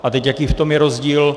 A teď jaký v tom je rozdíl?